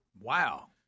Wow